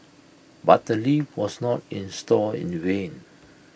but the lift was not installed in vain